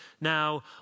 now